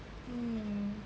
hmm